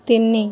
ତିନି